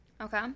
Okay